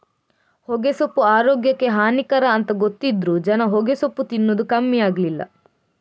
ಹೊಗೆಸೊಪ್ಪು ಆರೋಗ್ಯಕ್ಕೆ ಹಾನಿಕರ ಅಂತ ಗೊತ್ತಿದ್ರೂ ಜನ ಹೊಗೆಸೊಪ್ಪು ತಿನ್ನದು ಕಮ್ಮಿ ಆಗ್ಲಿಲ್ಲ